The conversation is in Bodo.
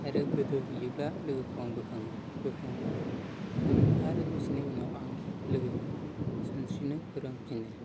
आरो गोदोहैयोब्ला लोगोखौ आं बोखाङो बोखांबा बोखांनानै आरो दसेनि उनाव आं लोगोखौ सानस्रिनो फोरोंफिनो